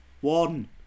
One